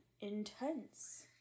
intense